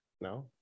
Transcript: No